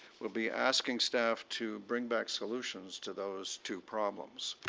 will be asking staff to bring back solutions to those two problems.